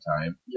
time